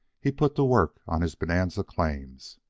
he put to work on his bonanza claims.